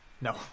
No